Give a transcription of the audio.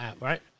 right